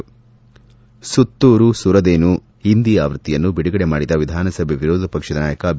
ಸುತ್ತೂರು ಸುರದೇನು ಹಿಂದಿ ಅವ್ಯಕ್ತಿಯನ್ನು ಬಿಡುಗಡೆ ಮಾಡಿದ ವಿಧಾನಸಭೆ ವಿರೋಧ ಪಕ್ಷದ ನಾಯಕ ಬಿ